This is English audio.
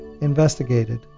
investigated